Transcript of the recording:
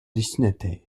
destinataire